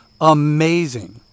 amazing